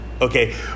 Okay